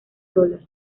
solas